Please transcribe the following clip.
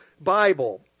Bible